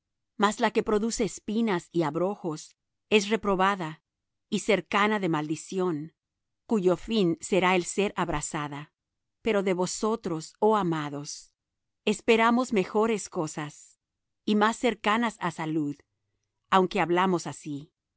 mas la que produce espinas y abrojos es reprobada y cercana de maldición cuyo fin será el ser abrasada pero de vosotros oh amados esperamos mejores cosas y más cercanas á salud aunque hablamos así